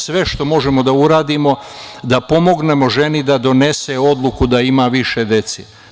Sve što možemo da uradimo da pomognemo ženi da donese odluku da ima više dece.